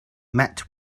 met